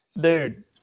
Dude